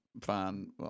fine